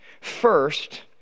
First